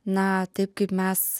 na taip kaip mes